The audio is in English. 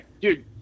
dude